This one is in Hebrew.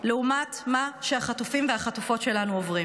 לעומת מה שהחטופים והחטופות שלנו עוברים,